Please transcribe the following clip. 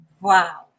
Wow